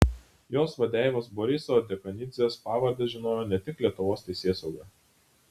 jos vadeivos boriso dekanidzės pavardę žinojo ne tik lietuvos teisėsauga